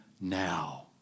now